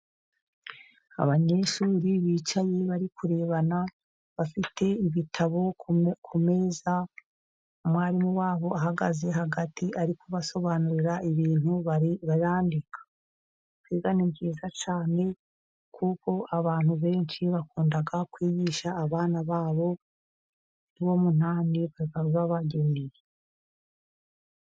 Abanyeshuri bicaye bari kurebana, bafite ibitabo ku meza. Umwarimu wabo ahagaze hagati ari kubasobanurira ibintu barandika. Kwiga ni byiza cyane kuko abantu benshi bakunda kwigisha abana babo, ni wo munani baba babageneye.